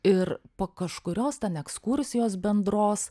ir po kažkurios ekskursijos bendros